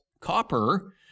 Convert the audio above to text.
copper